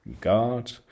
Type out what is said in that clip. God